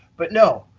but no.